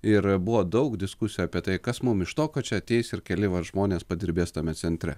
ir buvo daug diskusijų apie tai kas mum iš to kad čia ateis ir keli žmonės padirbės tame centre